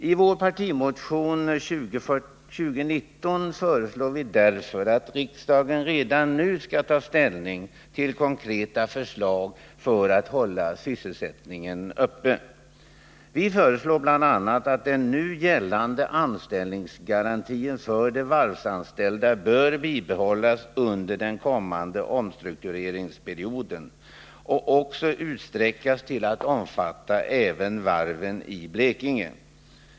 I vår partimotion 2019 föreslår vi därför att riksdagen redan nu skall ta ställning till konkreta förslag för att hålla sysselsättningen uppe. Vi föreslår bl.a. att den nu gällande anställningsgarantin för de varvsanställda skall bibehållas under den kommande omstruktureringsperioden och utsträckas till att omfatta även varven i Blekinge.